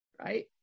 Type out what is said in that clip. right